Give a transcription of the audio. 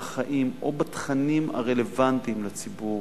באורח חיים או בתכנים הרלוונטיים לציבור